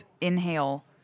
inhale